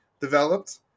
developed